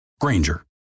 Granger